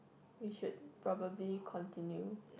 we should probably continue